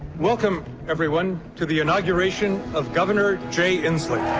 welcome, everyone, to the inauguration of governor jay inslee.